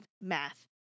math